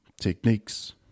techniques